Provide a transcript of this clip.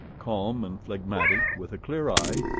calm and phlegmatic, with a clear eye,